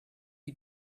you